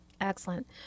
Excellent